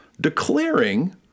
declaring